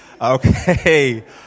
Okay